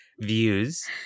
views